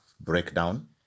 breakdown